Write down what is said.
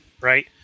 right